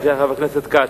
בבקשה,